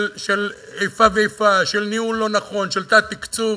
של איפה ואיפה, של ניהול לא נכון, של תת-תקצוב.